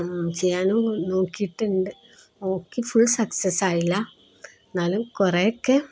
ചെയ്യാനും നോക്കിയിട്ടുണ്ട് നോക്കി ഫുൾ സക്സസായില്ല എന്നാലും കുറേയൊക്കെ